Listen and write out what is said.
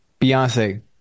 Beyonce